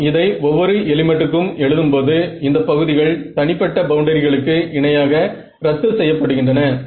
நாம் இதை ஒவ்வொரு எலிமென்ட்க்கும் எழுதும் போது இந்த பகுதிகள் தனிப்பட்ட பவுண்டரிகளுக்கு இணையாக ரத்து செய்ய படுகின்றன